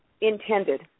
intended